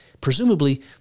Presumably